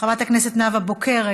חברת הכנסת נאווה בוקר,